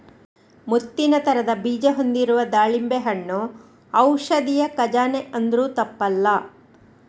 ಮುತ್ತಿನ ತರದ ಬೀಜ ಹೊಂದಿರುವ ದಾಳಿಂಬೆ ಹಣ್ಣು ಔಷಧಿಯ ಖಜಾನೆ ಅಂದ್ರೂ ತಪ್ಪಲ್ಲ